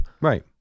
Right